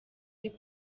urimo